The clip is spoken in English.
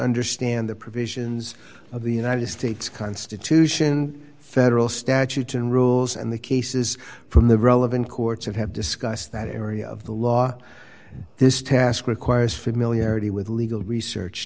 understand the provisions of the united states constitution federal statutes and rules and the cases from the relevant courts of have discussed that area of the law this task requires familiarity with legal research